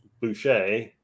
Boucher